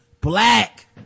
black